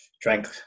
drank